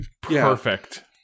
Perfect